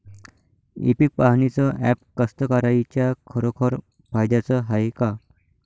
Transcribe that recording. इ पीक पहानीचं ॲप कास्तकाराइच्या खरोखर फायद्याचं हाये का?